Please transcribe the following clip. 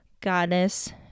goddess